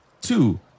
Two